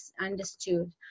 understood